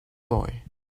boy